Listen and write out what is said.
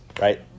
right